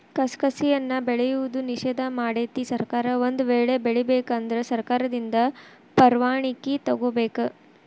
ಕಸಕಸಿಯನ್ನಾ ಬೆಳೆಯುವುದು ನಿಷೇಧ ಮಾಡೆತಿ ಸರ್ಕಾರ ಒಂದ ವೇಳೆ ಬೆಳಿಬೇಕ ಅಂದ್ರ ಸರ್ಕಾರದಿಂದ ಪರ್ವಾಣಿಕಿ ತೊಗೊಬೇಕ